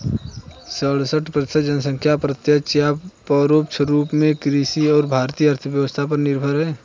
सड़सठ प्रतिसत जनसंख्या प्रत्यक्ष या परोक्ष रूप में कृषि और भारतीय अर्थव्यवस्था पर निर्भर है